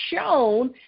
shown